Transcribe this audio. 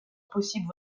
possible